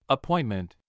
Appointment